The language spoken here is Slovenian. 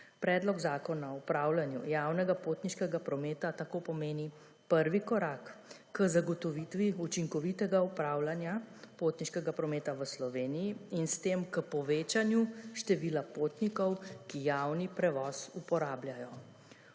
Predlog zakona o upravljanju javnega potniškega prometa tako pomeni prvi korak k zagotovitvi učinkovitega upravljanja potniškega prometa v Sloveniji in s tem k povečanju števila potnikov, ki javni prevoz uporabljajo.